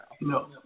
No